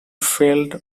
felt